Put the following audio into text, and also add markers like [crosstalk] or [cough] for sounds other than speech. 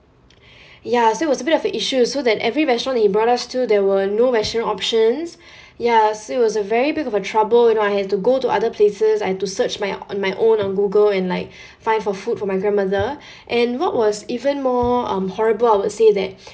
[breath] ya so it was a bit of a issues so that every restaurant he brought us to there were no vegetarian options [breath] ya so it was a very big of a trouble you know I had to go to other places I had to search my on my own on google and like [breath] find for food for my grandmother [breath] and what was even more um horrible I would say that [breath]